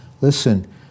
Listen